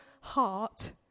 heart